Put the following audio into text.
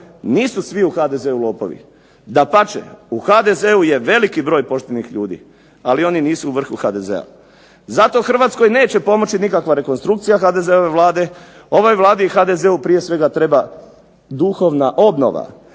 nisu svi u HDZ-u lopovi. Dapače u HDZ-u je veliki broj poštenih ljudi, ali oni nisu u vrhu HDZ-a. Zato Hrvatskoj neće pomoći nikakva rekonstrukcija HDZ-ove Vlade, ovoj Vladi i HDZ-u prije svega treba duhovna obnova,